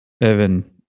Evan